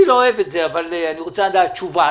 אני לא אוהב את זה אבל אני רוצה לדעת תשובה,